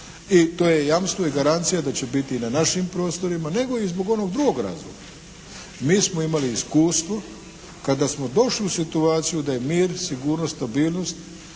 i to je jamstvo i garancija da će biti i na našim prostorima, nego i zbog onog drugog razloga. Mi smo imali iskustvo kada smo došli u situaciju da je mir, sigurnost, stabilnost,